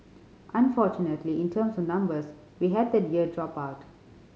unfortunately in terms of numbers we had that year drop out